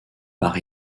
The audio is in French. par